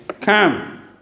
come